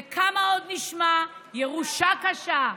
כמה עוד נשמע "ירושה קשה",